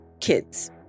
kids